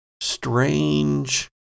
strange